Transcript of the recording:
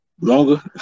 longer